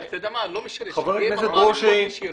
--- חבר הכנסת ברושי,